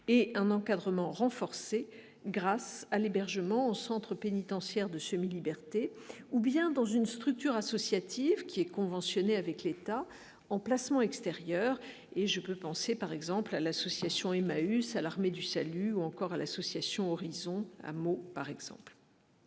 et un encadrement renforcé grâce à l'hébergement en centre pénitentiaire de semi-liberté ou bien dans une structure associative qui est conventionnée avec l'État en placement extérieur et je peux penser par exemple à l'association Emmaüs à l'Armée du Salut ou encore à l'association Horizon par exemple,